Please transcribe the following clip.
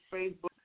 Facebook